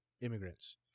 immigrants